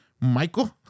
Michael